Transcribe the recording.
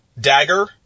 Dagger